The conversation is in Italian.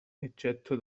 eccetto